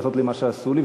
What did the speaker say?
ולעשות לי מה שעשו לי,